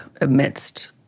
amidst